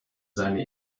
seine